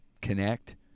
connect